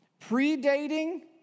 Predating